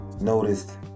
noticed